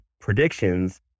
predictions